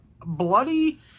bloody